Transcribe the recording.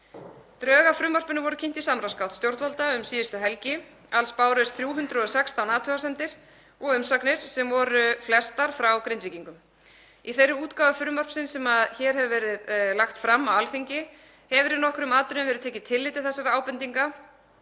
Drög að frumvarpinu voru kynnt í samráðsgátt stjórnvalda um síðustu helgi. Alls bárust 316 athugasemdir og umsagnir sem flestar voru frá Grindvíkingum. Í þeirri útgáfu frumvarpsins sem hér hefur verið lagt fram á Alþingi hefur í nokkrum atriðum verið tekið tillit til þessara ábendinga